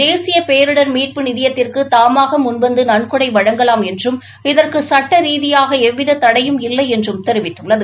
தேசியப் பேரிடர் மீட்பு நிதியத்திற்கு தாமாக முன்வந்து நன்கொடை வழங்கலாம் என்றும் இதற்கு சுட்டரீதியாக எவ்வித தடையும் இல்லை என்றும் தெரிவித்துள்ளது